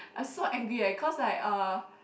I so angry eh cause I uh